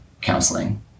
counseling